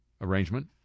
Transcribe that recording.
arrangement